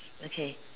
okay